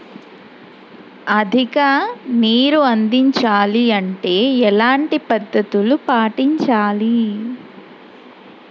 అధిక నీరు అందించాలి అంటే ఎలాంటి పద్ధతులు పాటించాలి?